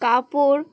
কাপড়